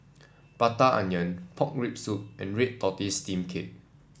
Prata Onion Pork Rib Soup and red tortoise steam cake